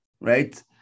right